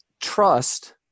trust